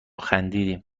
خندیدم